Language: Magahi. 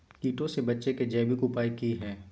कीटों से बचे के जैविक उपाय की हैय?